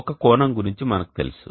ఒక కోణం గురించి మనకు తెలుసు